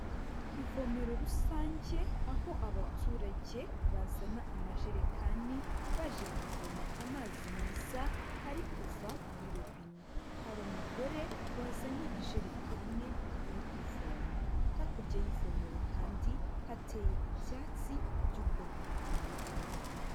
Ku ivomero rusange, aho abaturage bazana amajerekani baje kuvoma amazi meza ari kuva muri robine. Hari umugore wazanye ijerekane, uri kuvoma. Hakurya y'ivomero kandi, hateye ibyatsi by'ubwoko butandukanye.